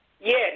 Yes